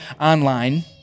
online